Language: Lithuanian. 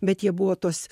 bet jie buvo tos